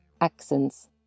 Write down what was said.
accents